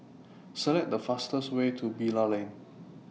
Select The fastest Way to Bilal Lane